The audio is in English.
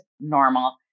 normal